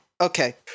Okay